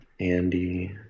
Andy